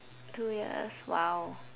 two years !wow!